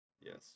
Yes